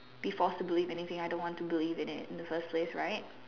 be forced to believe anything I don't want to believe in the first place right